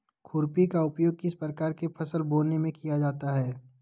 खुरपी का उपयोग किस प्रकार के फसल बोने में किया जाता है?